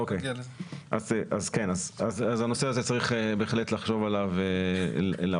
אוקיי, אז על הנושא הזה צריך בהחלט לחשוב לעומק.